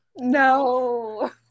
No